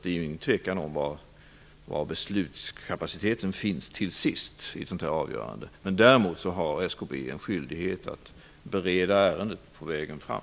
Det råder inget tvivel om var, till sist, beslutskapaciteten finns i ett sådant avgörande. Däremot är SKB skyldigt att bereda ärendet på vägen fram.